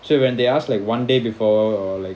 so when they ask like one day before or like